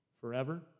forever